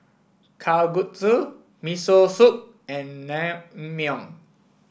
Kalguksu Miso Soup and Naengmyeon